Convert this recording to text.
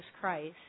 Christ